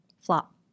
Flop